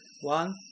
One